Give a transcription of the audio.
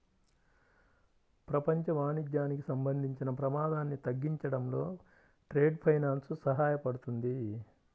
ప్రపంచ వాణిజ్యానికి సంబంధించిన ప్రమాదాన్ని తగ్గించడంలో ట్రేడ్ ఫైనాన్స్ సహాయపడుతుంది